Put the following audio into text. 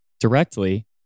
directly